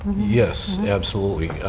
yes. absolutely.